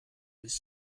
bis